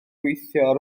gweithio